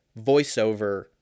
voiceover